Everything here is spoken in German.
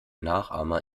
nachahmer